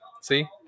See